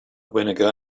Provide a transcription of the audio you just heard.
vinegar